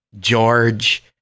George